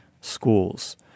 schools